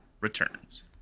returns